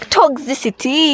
Toxicity